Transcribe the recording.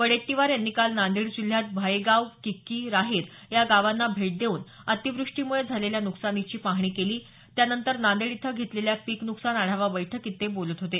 वडेट्टीवार यांनी काल नांदेड जिल्ह्यात भायेगाव किक्की राहेर या गावांना भेटी देऊन अतिवृष्टीमुळे झालेल्या नुकसानीची पाहणी केली त्यानंतर नांदेड इथं घेतलेल्या पीक नुकसान आढावा बैठकीत ते बोलत होते